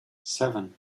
seven